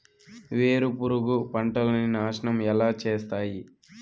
వేరుపురుగు పంటలని నాశనం ఎలా చేస్తాయి?